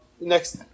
next